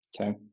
Okay